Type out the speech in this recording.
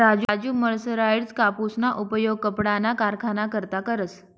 Raju mercerized कापूसना उपयोग कपडाना कारखाना करता करस